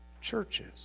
churches